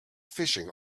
fishing